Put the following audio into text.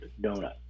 donut